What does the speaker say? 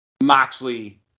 Moxley